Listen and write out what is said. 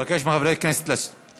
אני אבקש מחברי הכנסת לשבת.